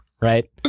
right